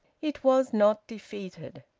it was not defeated.